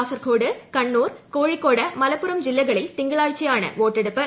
കാസർകോട് കണ്ണൂർ കോഴിക്കോട് മലപ്പുറം ജില്ലക്കളിൽ തിങ്കളാഴ്ചയാണ് വോട്ടെടുപ്പ്